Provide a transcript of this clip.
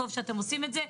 טוב שאתם עושים את זה.